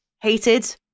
hated